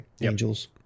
angels